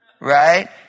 right